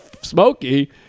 smoky